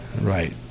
right